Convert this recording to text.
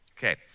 Okay